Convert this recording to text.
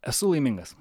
esu laimingas